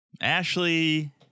Ashley